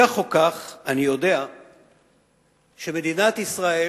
כך או כך, אני יודע שמדינת ישראל